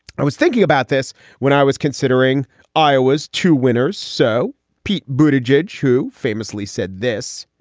i was thinking about this when i was considering iowa's two winners. so pete bhuta jej, who famously said this,